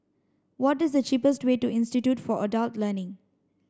what is the cheapest way to Institute for Adult Learning